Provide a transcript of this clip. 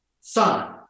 son